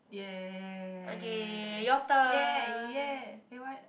ya ya ya ya ya ya ya !yay! !yay! okay what